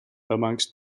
amongst